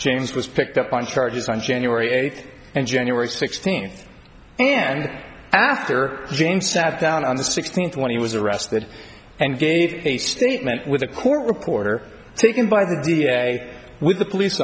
james was picked up on charges on january eighth and january sixteenth and after james sat down on the sixteenth when he was arrested and gave a statement with the court reporter taken by the d a with the police